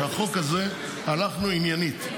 שבחוק הזה הלכנו עניינית.